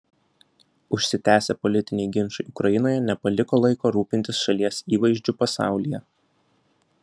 užsitęsę politiniai ginčai ukrainoje nepaliko laiko rūpintis šalies įvaizdžiu pasaulyje